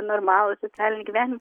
normalų socialinį gyvenimą